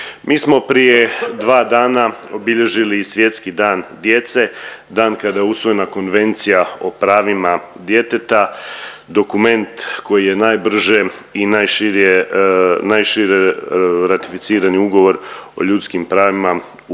Mi smo prije dva dana obilježili i Svjetski dan djece, dan kada je usvojena Konvencija o pravima djeteta, dokument koji je najbrže i najširije, najšire ratificirani ugovor o ljudskim pravima u